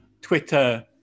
Twitter